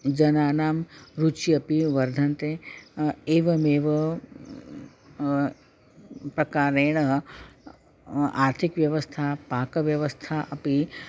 जनानां रुचिः अपि वर्धन्ते एवमेव प्रकारेण आर्थिकव्यवस्था पाकव्यवस्था अपि